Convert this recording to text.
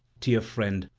dear friend,